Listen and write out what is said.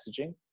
messaging